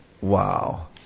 wow